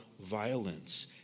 violence